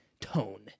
tone